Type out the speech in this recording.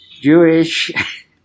Jewish